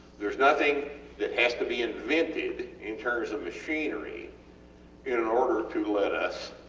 theres nothing that has to be invented in terms of machinery in in order to let us